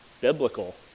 biblical